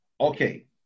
Okay